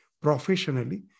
professionally